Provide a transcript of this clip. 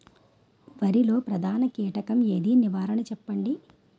వరిలో ప్రధాన కీటకం ఏది? నివారణ చెప్పండి?